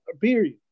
Period